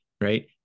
right